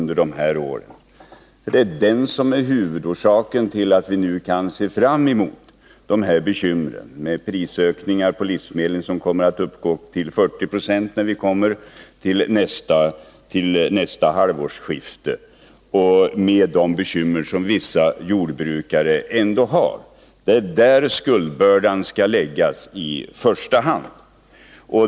Det är den som är huvudorsaken till att vi nu har att se fram emot detta bekymmer med prisökningar på livsmedel — prisökningar på upp till 40 26 vid nästa halvårsskifte, trots de bekymmer som vissa jordbrukare ändå har. Det är där —på den förda ekonomiska politiken — skuldbördan skall läggas i första hand.